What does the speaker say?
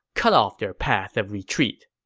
cut off their path of retreat.